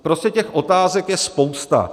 Prostě těch otázek je spousta.